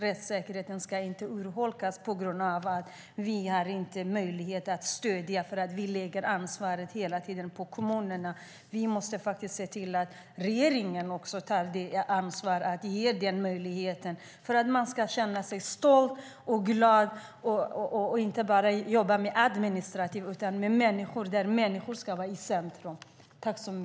Rättssäkerheten ska inte urholkas på grund av att vi inte har möjlighet att stödja utan lägger ansvaret på kommunerna. Vi måste se till att regeringen tar ansvaret. Man ska kunna känna sig stolt och glad och inte bara jobba administrativt utan med människan i centrum.